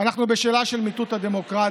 אנחנו בשאלה של מיטוט הדמוקרטיה,